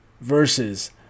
versus